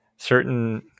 Certain